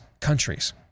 countries